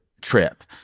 trip